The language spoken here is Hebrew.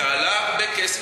זה עלה הרבה כסף,